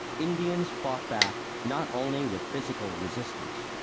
indians fought back not only with physical resistance,